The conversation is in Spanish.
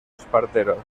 espartero